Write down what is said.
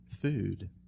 food